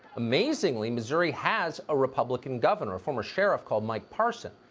amazingly, missouri has a republican governor, former sheriff called mike parson,